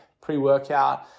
pre-workout